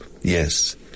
yes